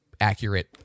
accurate